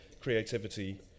creativity